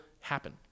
happen